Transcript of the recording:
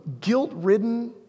guilt-ridden